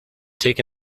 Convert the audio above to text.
take